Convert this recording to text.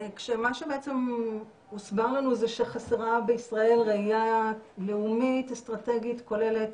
כשמה שבעצם הוסבר לנו זה שחסרה בישראל ראייה לאומית אסטרטגית כוללת